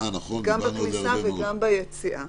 גם בכניסה וגם ביציאה.